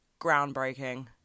groundbreaking